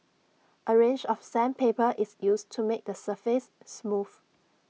A range of sandpaper is used to make the surface smooth